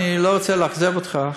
אני לא רוצה לאכזב אותך,